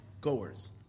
goers